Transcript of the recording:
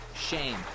shame